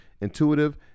intuitive